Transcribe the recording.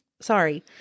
sorry